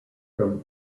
from